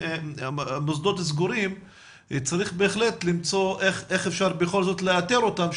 כשהמוסדות סגורים צריך בהחלט למצוא איך אפשר בכל זאת לאתר אותם,